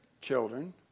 children